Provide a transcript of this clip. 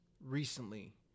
recently